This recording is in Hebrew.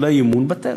של האי-אמון בטל,